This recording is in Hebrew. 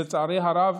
לצערי הרב,